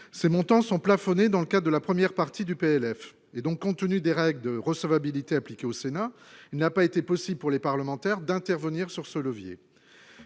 ces montants sont plafonnées dans le cas de la première partie du PLF et donc, compte tenu des règles de recevabilité appliquée au Sénat, il n'a pas été possible pour les parlementaires d'intervenir sur ce levier,